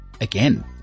again